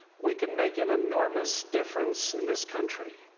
we can make an enormous difference in this country.